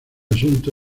asunto